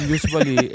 Usually